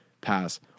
pass